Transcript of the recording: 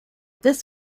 this